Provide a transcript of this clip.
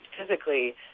physically